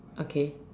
okay